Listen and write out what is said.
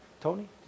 Tony